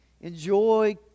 Enjoy